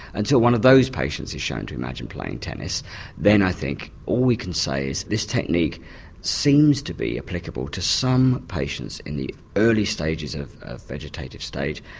until one of those patients is shown to imagine playing tennis then i think all we can say is this technique seems to be applicable to some patients in the early stages of vegetative state,